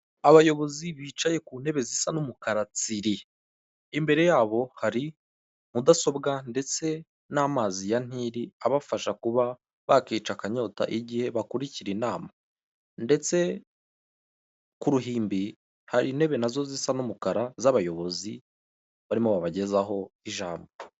Abayobozi bicaye ku ntebe zisa n'umukara tsiri, imbere yabo hari mudasobwa ndetse n'amazi ya nili abafasha kuba bakica akanyota igihe bakurikira inama ndetse ku ruhimbi hari intebe nazo zisa n'umukara z'abayobozi barimo babagezaho ijambo.